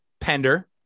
Pender